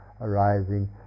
arising